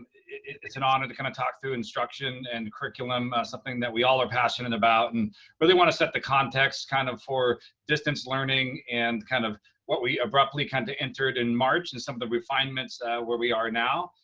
it's an honor to kind of talk through instruction and curriculum something that we all are passionate about. and really wanna set the context kind of for distance learning and kind of what we abruptly kinda entered in march and some of the refinements where we are now.